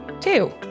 Two